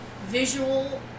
visual